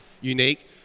unique